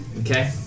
Okay